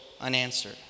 unanswered